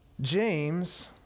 James